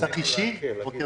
להביא